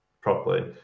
properly